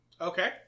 Okay